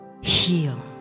heal